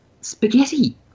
spaghetti